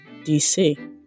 DC